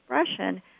expression